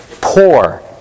poor